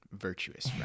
virtuous